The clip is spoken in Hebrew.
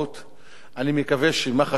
אני מקווה שמח"ש בעידן החדש,